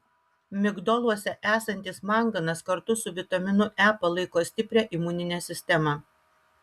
migdoluose esantis manganas kartu su vitaminu e palaiko stiprią imuninę sistemą